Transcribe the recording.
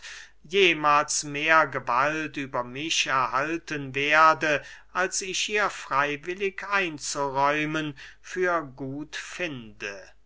jemahls mehr gewalt über mich erhalten werde als ich ihr freywillig einzuräumen für gut finde